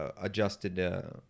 adjusted